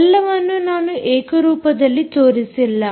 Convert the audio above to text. ಇವೆಲ್ಲವನ್ನು ನಾನು ಏಕರೂಪದಲ್ಲಿ ತೋರಿಸಲಿಲ್ಲ